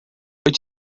wyt